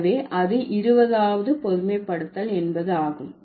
எனவே அது 20 வது பொதுமைப்படுத்தல் என்பது ஆகும்